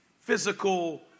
physical